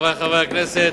חברי חברי הכנסת,